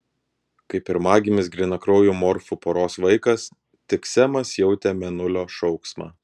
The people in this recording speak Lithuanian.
kaip pirmagimis grynakraujų morfų poros vaikas tik semas jautė mėnulio šauksmą